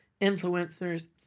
influencers